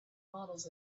models